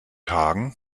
hagen